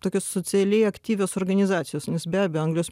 tokios socialiai aktyvios organizacijos nes be abejo anglijos